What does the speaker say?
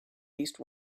least